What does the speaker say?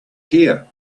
here